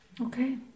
Okay